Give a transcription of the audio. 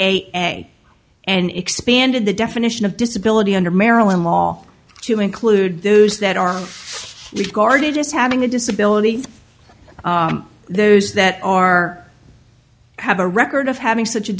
a and expanded the definition of disability under maryland law to include those that are regarded as having a disability those that are have a record of having such a